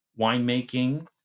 winemaking